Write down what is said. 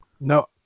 No